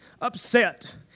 upset